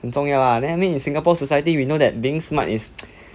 很重要 lah then I mean being in singapore society being smart is